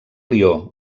lió